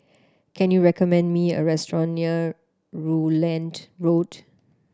can you recommend me a restaurant near Rutland Road